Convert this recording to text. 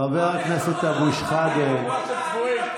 חבר כנסת אבו שחאדה, חבורה של צבועים.